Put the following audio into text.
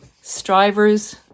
strivers